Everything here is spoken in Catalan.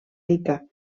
rica